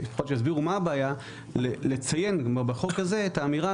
לפחות שיסבירו מה הבעיה לציין בחוק הזה את האמירה